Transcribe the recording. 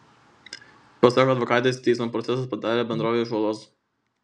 pasak advokatės teismo procesas padarė bendrovei žalos